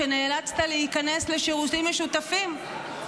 שנאלצת להיכנס לשירותים משותפים.